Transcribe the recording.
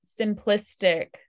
simplistic